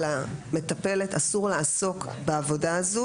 למטפלת אסור לעסוק בעבודה הזו,